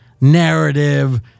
narrative